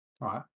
right